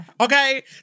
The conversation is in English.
Okay